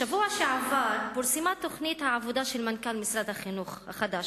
בשבוע שעבר פורסמה תוכנית העבודה של מנכ"ל משרד החינוך החדש,